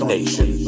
Nation